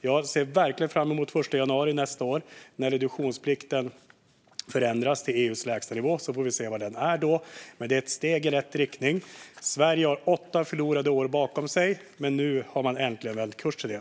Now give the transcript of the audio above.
Jag ser verkligen fram emot den 1 januari nästa år, när reduktionsplikten förändras till EU:s lägstanivå. Vi får se vad den är då, men det är ett steg i rätt riktning. Sverige har åtta förlorade år bakom sig, men nu har man äntligen vänt kursen.